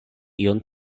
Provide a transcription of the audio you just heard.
ion